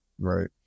Right